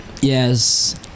Yes